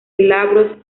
glabros